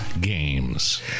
games